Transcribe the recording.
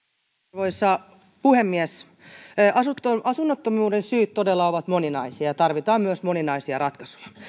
arvoisa puhemies asunnottomuuden syyt todella ovat moninaisia ja tarvitaan myös moninaisia ratkaisuja